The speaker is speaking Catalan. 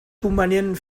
convenient